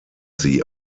sie